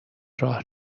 راه